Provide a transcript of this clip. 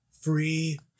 Free